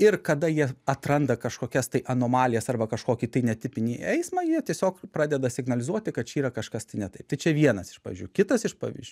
ir kada jie atranda kažkokias tai anomalijas arba kažkokį tai netipinį eismą jie tiesiog pradeda signalizuoti kad čia yra kažkas tai ne taip tai čia vienas iš pavyzdžių kitas iš pavyzdžių